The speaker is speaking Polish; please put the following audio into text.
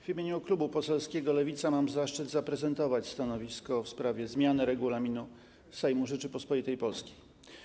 W imieniu klubu poselskiego Lewica mam zaszczyt zaprezentować stanowisko w sprawie zmiany Regulaminu Sejmu Rzeczypospolitej Polskiej.